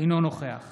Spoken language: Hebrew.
אינו נוכח